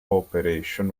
operation